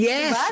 Yes